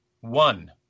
One